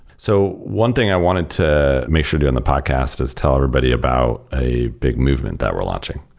so one thing i wanted to make sure do in the podcast is tell everybody about a big movement that we're launching.